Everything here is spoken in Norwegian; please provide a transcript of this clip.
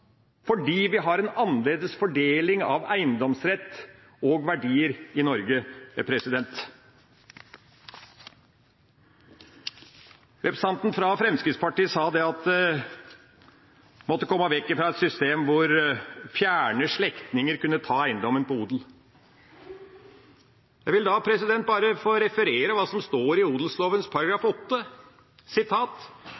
fordi vi har en annerledes fordeling av eiendomsrett og verdier i Norge. Representanten fra Fremskrittspartiet sa at en måtte komme vekk fra et system hvor fjerne slektninger kan ta eiendommen på odel. Jeg vil da bare få referere hva som står i